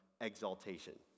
exaltation